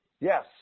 Yes